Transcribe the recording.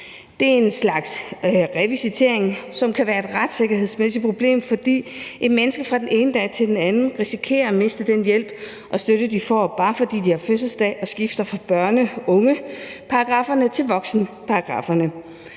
Det er en slags revisitering, som kan være et retssikkerhedsmæssigt problem, fordi mennesker fra den ene dag til den anden risikerer at miste den hjælp og støtte, de får, bare fordi de har fødselsdag og skifter fra børne/unge-paragrafferne til voksenparagrafferne.